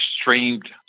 streamed